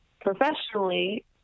professionally